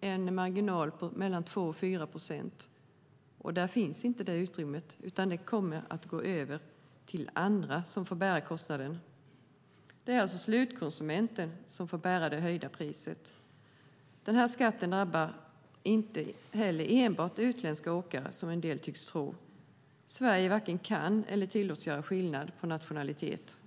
en marginal på mellan 2 och 4 procent. Där finns inte detta utrymme, utan det kommer att gå över till andra som får bära kostnaden. Det är alltså slutkonsumenten som får bära det höjda priset. Denna skatt drabbar inte heller enbart utländska åkare, vilket en del tycks tro. Sverige varken kan eller tillåts göra skillnad på nationalitet.